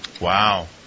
Wow